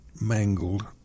mangled